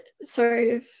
sorry